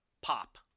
pop